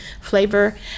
flavor